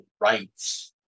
rights